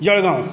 Jalgaon